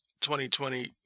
2020